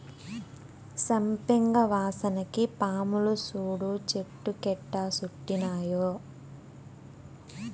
సంపెంగ వాసనకి పాములు సూడు చెట్టు కెట్టా సుట్టినాయో